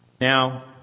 Now